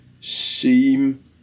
seem